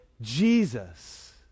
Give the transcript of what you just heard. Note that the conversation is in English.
Jesus